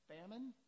famine